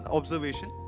observation